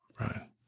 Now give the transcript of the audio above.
right